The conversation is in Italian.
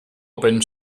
open